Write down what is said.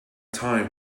time